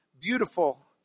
Beautiful